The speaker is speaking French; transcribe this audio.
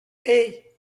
hey